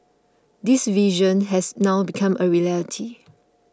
this vision has now become a reality